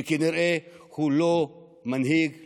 וכנראה הוא לא מנהיג,